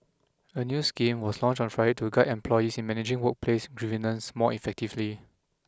a new scheme was launched on Friday to guide employees in managing workplace more effectively